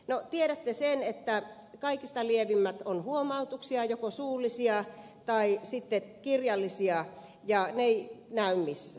tiedätte sen että kaikista lievimmät ovat huomautuksia joko suullisia tai kirjallisia ja ne eivät näy missään